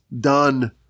done